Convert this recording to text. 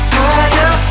higher